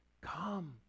Come